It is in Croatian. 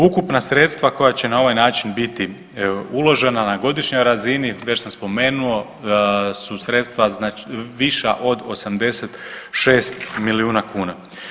Ukupna sredstva koja će na ovaj način biti uložena na godišnjoj razini, već sam spomenuo, su sredstva viša od 86 milijuna kuna.